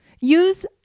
Use